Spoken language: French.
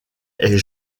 est